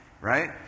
right